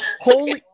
Holy